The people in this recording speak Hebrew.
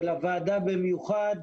ולוועדה במיוחד.